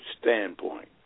standpoint